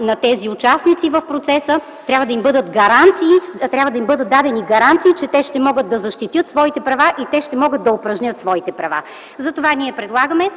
на тези участници в процеса, трябва да им бъдат дадени гаранции, че ще могат да защитят своите права и ще могат да упражнят своите права. Ние предлагаме